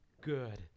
good